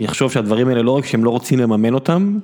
יחשוב שהדברים האלה לא רק שהם לא רוצים לממן אותם.